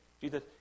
Jesus